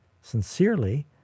sincerely